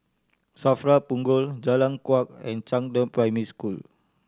SAFRA Punggol Jalan Kuak and Zhangde Primary School